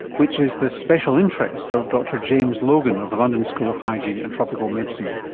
which is the special interest of dr james logan of the london school of hygiene and tropical medicine.